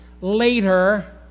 later